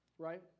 right